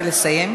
נא לסיים.